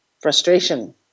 Frustration